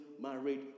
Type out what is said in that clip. married